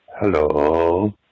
Hello